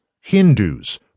Hindus